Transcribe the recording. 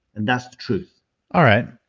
and that's the truth alright.